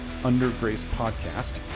undergracepodcast